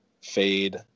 Fade